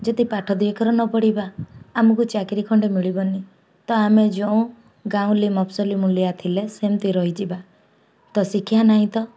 ଯେଦି ପାଠ ଦୁଇ ଅକ୍ଷର ନ ପଢ଼ିବା ଆମକୁ ଚାକିରୀ ଖଣ୍ଡେ ମିଳିବନି ତ ଆମେ ଯେଉଁ ଗାଉଁଲି ମଫସଲି ମୂଲିଆ ଥିଲେ ସେମିତି ରହିଯିବା ତ ଶିକ୍ଷା ନାହିଁ ତ